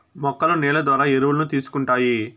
మొక్కలు నేల ద్వారా ఎరువులను తీసుకుంటాయి